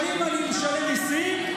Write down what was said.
שנים אני משלם מיסים.